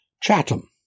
Chatham